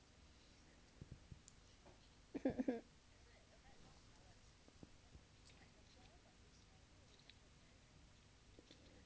um